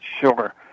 Sure